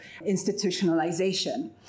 institutionalization